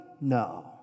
No